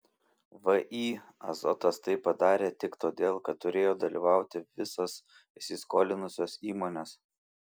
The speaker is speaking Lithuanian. vį azotas tai padarė tik todėl kad turėjo dalyvauti visos įsiskolinusios įmonės